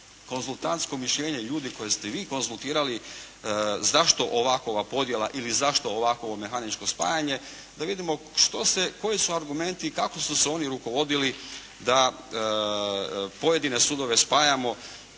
konzultantsko rješenje ljudi koje ste vi konzultirali, zašto ovakova podjela ili zašto ovakovo mehaničko spajanje, da vidimo koji su argumenti i kako su se oni rukovodili da pojedine sudove spajamo,